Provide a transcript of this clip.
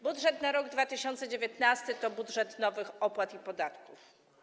Budżet na rok 2019 to budżet nowych opłat i podatków.